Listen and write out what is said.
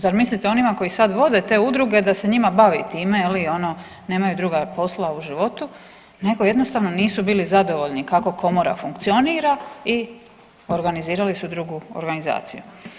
Zar mislite onima koji sad vode te udruge da se njima bavi time, je li, ono, nemaju druga posla u životu, nego jednostavno nisu bili zadovoljni kako Komora funkcionira i organizirali su drugu organizaciju.